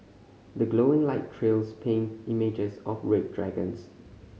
the glowing light trails paint images of red dragons